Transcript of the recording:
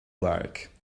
like